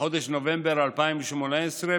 מחודש נובמבר 2018,